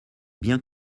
bien